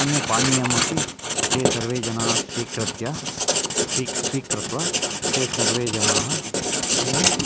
अन्यपानीयमपि ते सर्वे जनाः स्वीकृत्य स्वी स्वीकृत्वा ते सर्वे जनाः अन्य